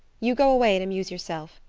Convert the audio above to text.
you go away and amuse yourself.